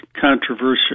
controversial